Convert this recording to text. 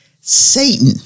Satan